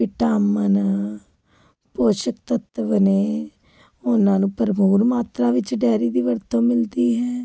vitamin ਪੌਸ਼ਕ ਤੱਤਵ ਨੇ ਉਹਨਾਂ ਨੂੰ ਭਰਪੂਰ ਮਾਤਰਾ ਵਿੱਚ ਡੈਰੀ ਦੀ ਵਰਤੋਂ ਮਿਲਦੀ ਹੈ